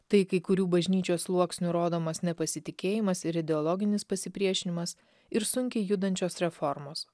tai kai kurių bažnyčios sluoksnių rodomas nepasitikėjimas ir ideologinis pasipriešinimas ir sunkiai judančios reformos